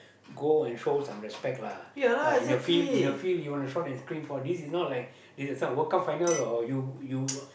go and show some respect lah in the field in the field you want to shout and scream for what this is not like this is some World Cup or you you